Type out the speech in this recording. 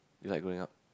you like growing up